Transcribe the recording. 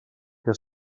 que